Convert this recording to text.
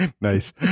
Nice